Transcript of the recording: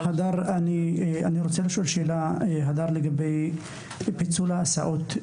הדר, אני רוצה לשאול שאלה לגבי פיצול ההסעות.